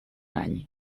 any